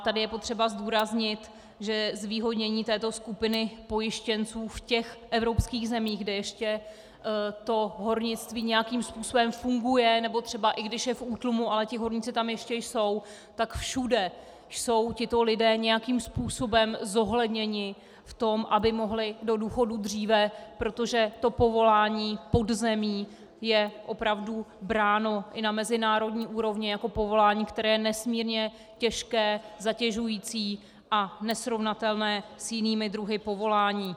Tady je potřeba zdůraznit, že zvýhodnění této skupiny pojištěnců v evropských zemích, kde ještě hornictví nějakým způsobem funguje nebo je třeba v útlumu, ale horníci tam ještě jsou, tak všude jsou tito lidé nějakým způsobem zohledněni v tom, aby mohli do důchodu dříve, protože povolání pod zemí je opravdu bráno i na mezinárodní úrovni jako povolání, které je nesmírně těžké, zatěžující a nesrovnatelné s jinými druhy povolání.